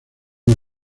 una